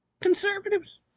conservatives